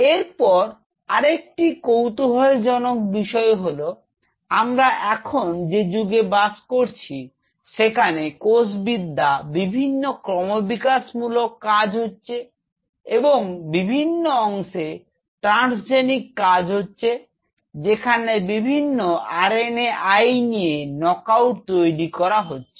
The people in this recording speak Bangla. এরপর আরেকটি কৌতুহল জনক বিষয় হলো আমরা এখন যে যুগে বাস করছি সেখানে কোষ বিদ্যা বিভিন্ন ক্রমবিকাশ মূলক কাজ হচ্ছে এবং বিভিন্ন অংশে ট্রান্সজেনিক কাজ হচ্ছে যেখানে বিভিন্ন R N A I নিয়ে নকআউট তৈরি করা হচ্ছে